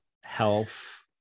health